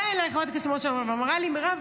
באה אליי חברת הכנסת לימור סון הר מלך ואמרה לי: מירב,